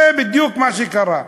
זה בדיוק מה שקרה.